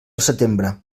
setembre